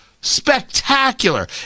Spectacular